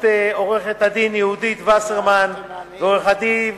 עורכת-הדין יהודית וסרמן ועורך-הדין